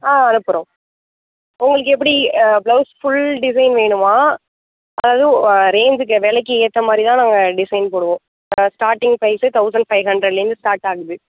ஆ அனுப்புகிறோம் உங்களுக்கு எப்படி ப்ளவுஸ் ஃபுல் டிஸைன் வேணுமா அதாவது ரேஞ்சிக்கு வெலைக்கு ஏற்ற மாதிரிதான் நாங்கள் டிஸைன் போடுவோம் இப்போ ஸ்டாட்டிங் ப்ரைஸே தவுசண்ட் ஃபை ஹண்ட்ரட்லேருந்து ஸ்டாட் ஆகுது